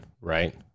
right